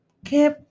keep